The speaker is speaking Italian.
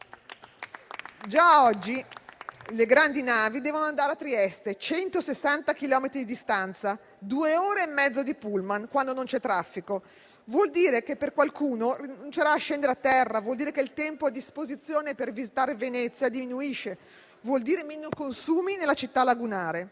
Già oggi le grandi navi devono andare a Trieste, a 160 chilometri distanza, due ore e mezzo di *pullman,* quando non c'è traffico. Vuol dire che qualcuno rinuncerà a scendere a terra e che il tempo a disposizione per visitare Venezia diminuisce, con conseguenti minori consumi nella città lagunare.